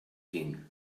king